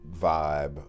vibe